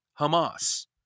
Hamas